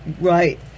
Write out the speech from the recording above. Right